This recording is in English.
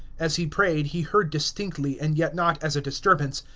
as he prayed he heard distinctly, and yet not as a disturbance,